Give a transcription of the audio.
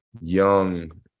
young